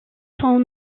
son